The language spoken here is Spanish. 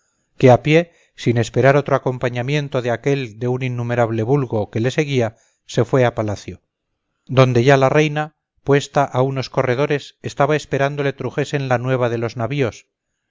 que a pie sin esperar otro acompañamiento que aquel de un innumerable vulgo que le seguía se fue a palacio donde ya la reina puesta a unos corredores estaba esperando le trujesen la nueva de los navíos